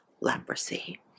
leprosy